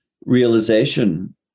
realization